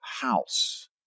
house